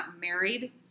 married